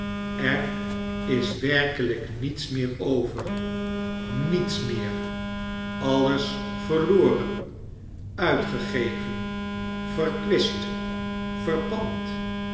er is werkelijk niets meer over niets meer alles verkwen uitgegeven verkwist verpand